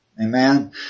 Amen